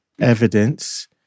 evidence